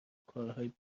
کارهای